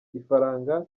ifaranga